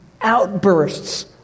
outbursts